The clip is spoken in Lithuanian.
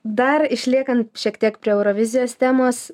dar išliekant šiek tiek prie eurovizijos temos